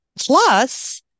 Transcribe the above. plus